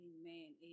Amen